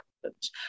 problems